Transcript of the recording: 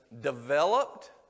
developed